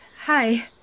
Hi